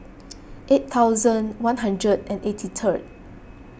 eight thousand one hundred and eighty third